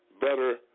better